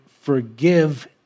forgive